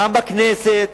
גם בכנסת,